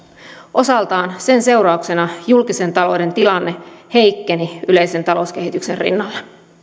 osaltaan sen seurauksena julkisen talouden tilanne heikkeni yleisen talouskehityksen rinnalla